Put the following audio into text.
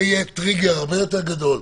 זה יהיה טריגר הרבה יותר גדול,